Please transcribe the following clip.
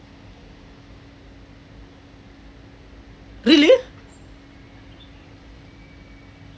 really